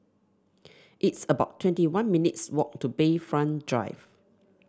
it's about twenty one minutes' walk to Bayfront Drive